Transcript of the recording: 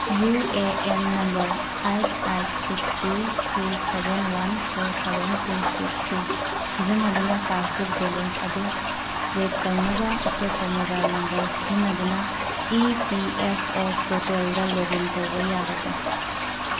U A N number eight eight six two three seven one four seven two six two ꯁꯤꯖꯤꯟꯅꯗꯨꯅ passbook balance ꯑꯗꯨ check ꯇꯧꯅꯕ ꯑꯇꯣꯞꯄ mobile number ꯁꯤꯖꯤꯟꯅꯗꯨꯅ E P F O ꯄꯣꯔꯇꯦꯜꯗ log in ꯇꯧꯕ ꯌꯥꯒꯗ꯭ꯔꯥ